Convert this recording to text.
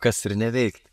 kas ir neveikt